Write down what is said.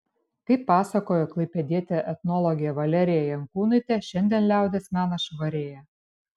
kaip pasakojo klaipėdietė etnologė valerija jankūnaitė šiandien liaudies menas švarėja